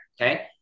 okay